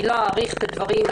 לא אאריך בדברים.